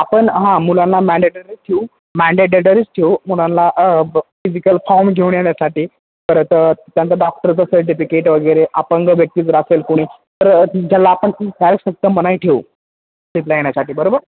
आपण हां मुलांना मँडेटरीच ठेऊ मँडेटेटरीच ठेऊ मुलांला फिजिकल फॉर्म घेऊन येण्यासाठी परत त्यांचा डाक्टरचं सर्टिफिकेट वगैरे अपंग व्यक्ती जर असेल कोणी तर त्याला आपण फारस फक्त मनाई ठेऊ ट्रिपला येण्यासाठी बरोबर